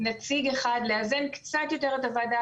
נציג אחד, לאזן קצת יותר את הוועדה.